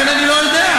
לכן אני לא יודע.